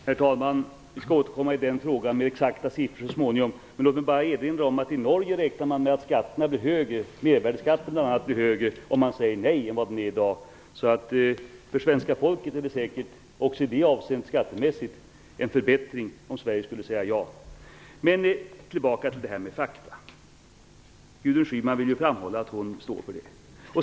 Herr talman! Vi skall återkomma i den frågan med exakta siffror så småningom. Låt mig bara erinra om att man i Norge räknar med att mervärdesskatten, bl.a., blir högre än vad den är i dag om det blir ett nej. Därför innebär det säkert också skattemässigt en förbättring för svenska folket om man skulle säga ja. Jag skall återgå till detta med fakta. Gudrun Schyman vill framhålla att hon står för det.